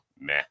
meh